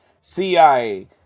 CIA